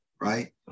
right